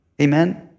amen